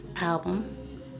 album